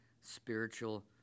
spiritual